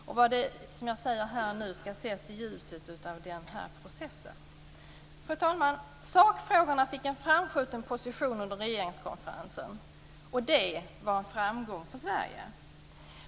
Och det som jag nu säger här skall ses i ljuset av denna process. Fru talman! Sakfrågorna fick en framskjuten position under regeringskonferensen. Det var en framgång för Sverige.